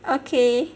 okay